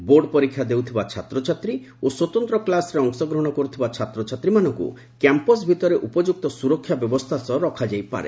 board ପରୀକ୍ଷା ଦେଉଥିବା ଛାତ୍ରଛାତ୍ରୀ ଓ ସ୍ୱତନ୍ତ କ୍ଲାସ୍ରେ ଅଂଶଗ୍ରହଣ କରୁଥିବା ଛାତ୍ରଛାତ୍ରୀମାନଙ୍କୁ କ୍ୟାମ୍ପସ ଭିତରେ ଉପଯୁକ୍ତ ସ୍ୱରକ୍ଷା ବ୍ୟବସ୍ଥା ସହ ରଖାଯାଇପାରେ